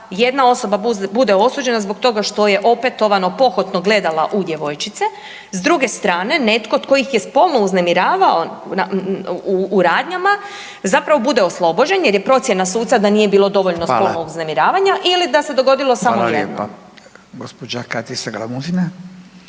jedna osoba bude osuđena zbog toga što je opetovano pohotno gledala u djevojčice. S druge strane netko tko ih je spolno uznemiravao u radnjama zapravo bude oslobođen jer je procjena suca da nije bilo dovoljno spolnog uznemiravanja ili da se dogodilo samo jednom. **Radin, Furio (Nezavisni)**